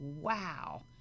wow